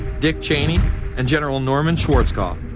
dick cheney and general norman schwarzkopf.